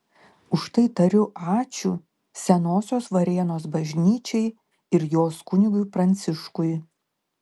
už tai tariu ačiū senosios varėnos bažnyčiai ir jos kunigui pranciškui